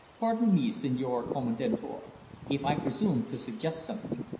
pardon me, signor commendatore, if i presume to suggest something,